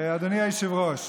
אדוני היושב-ראש,